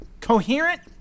Coherent